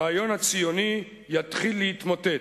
הרעיון הציוני יתחיל להתמוטט,